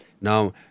Now